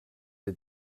des